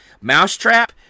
Mousetrap